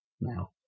now